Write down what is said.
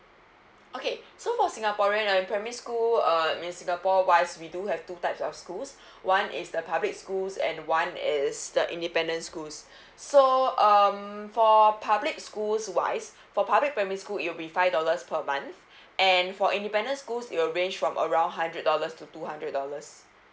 okay so for singaporean right primary school uh in singapore wise we do have two types of schools one is the public schools and one is the independent schools so um for public schools wise for public primary school it'll be five dollars per month and for independent schools it'll range from around hundred dollars to two hundred dollars